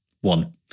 One